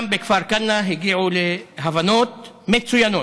גם בכפר כנא הגיעו להבנות מצוינות,